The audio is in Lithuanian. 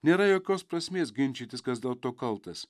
nėra jokios prasmės ginčytis kas dėl to kaltas